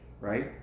right